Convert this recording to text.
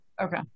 Okay